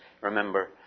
remember